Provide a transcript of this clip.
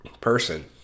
person